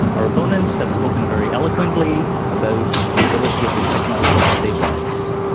our opponents have spoken very eloquently about the ability of this technology to save lives.